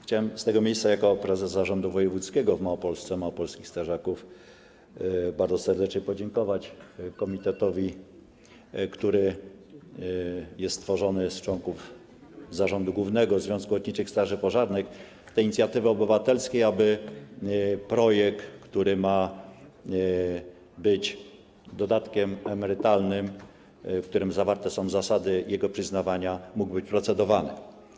Chciałem z tego miejsca jako prezes zarządu wojewódzkiego w Małopolsce małopolskich strażaków bardzo serdecznie podziękować komitetowi, który jest stworzony z członków Zarządu Głównego Związku Ochotniczych Straży Pożarnych, tej inicjatywy obywatelskiej, aby projekt, który ma być dodatkiem emerytalnym, w którym zawarte są zasady jego przyznawania, mógł być procedowany.